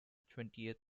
twentieth